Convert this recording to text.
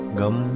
gum